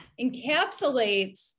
encapsulates